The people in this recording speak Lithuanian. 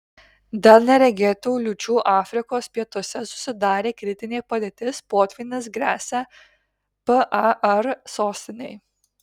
dėl neregėtų liūčių afrikos pietuose susidarė kritinė padėtis potvynis gresia par sostinei